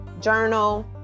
journal